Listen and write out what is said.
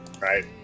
right